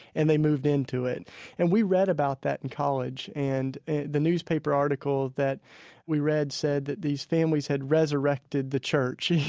and they moved into it and we read about that in college. and the newspaper article that we read said that these families had resurrected the church,